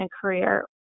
career